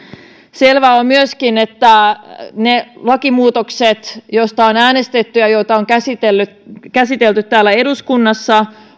selvää on myöskin että ne lakimuutokset joista on äänestetty ja joita on käsitelty täällä eduskunnassa